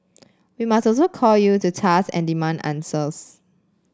we must also call you to task and demand answers